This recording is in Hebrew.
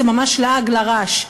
זה ממש לעג לרש.